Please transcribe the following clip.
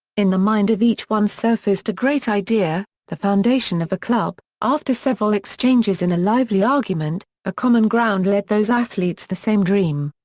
in the mind of each one surfaced a great idea the foundation of a club, after several exchanges in a lively argument, a common ground led those athletes the same dream.